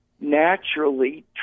naturally